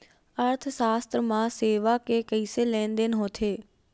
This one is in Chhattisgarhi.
अर्थशास्त्र मा सेवा के कइसे लेनदेन होथे?